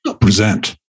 present